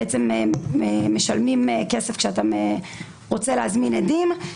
בעצם משלמים כסף כשאתה רוצה להזמין עדים.